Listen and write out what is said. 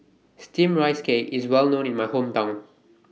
Steamed Rice Cake IS Well known in My Hometown